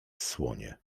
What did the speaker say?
słonie